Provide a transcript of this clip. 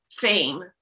fame